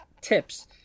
TIPS